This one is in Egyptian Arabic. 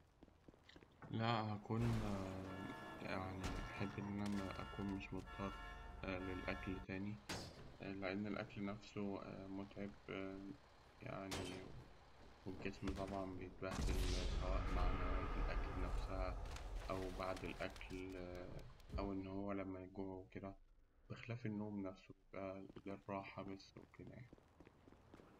لا هأكون هأحب إن أكون مش مضطر للأكل تاني لأن الأكل نفسه متعب يعني، والجسم طبعاً بيتبهدل سواء مع نوعية الأكل نفسها أو بعد الأكل أو إن هو لما يجوع وكده، بخلاف النوم نفسه للراحة بس وكده يعني.